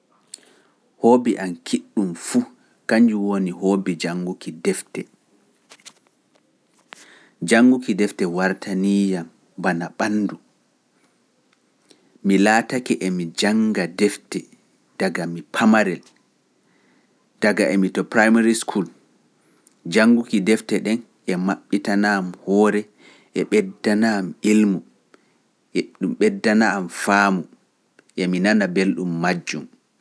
Hoobi am kiɗɗum fuu, kanjum woni hoobi janguki defte ɗen e dun maɓɓitana am hoore e ɓeddana am ilmu, e ɗum ɓeddana am faamu, emi nana belɗum majjum.